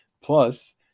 Plus